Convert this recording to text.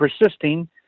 persisting